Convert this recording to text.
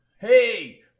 Hey